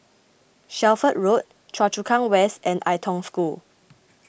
Shelford Road Choa Chu Kang West and Ai Tong School